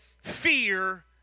fear